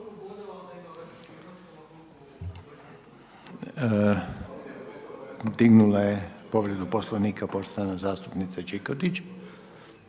Dignula je povredu poslovnika poštovana zastupnica Čikotić.